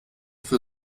für